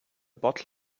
bottle